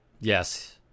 Yes